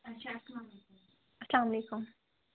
اَسلام علیکُم